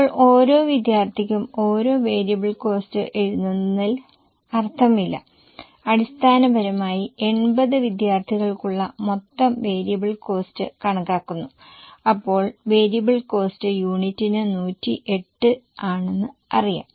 ഇപ്പോൾ ഓരോ വിദ്യാർത്ഥിക്കും ഓരോ വേരിയബിൾ കോസ്ററ് എഴുതുന്നതിൽ അർത്ഥമില്ല അടിസ്ഥാനപരമായി 80 വിദ്യാർത്ഥികൾക്കുള്ള മൊത്തം വേരിയബിൾ കോസ്ററ് കണക്കാക്കുന്നു അപ്പോൾ വേരിയബിൾ കോസ്ററ് യൂണിറ്റിന് 108 ആണെന്ന് അറിയാം